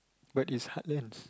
what is heartlands